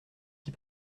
qui